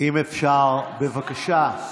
אם אפשר, בבקשה,